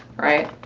right?